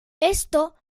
esto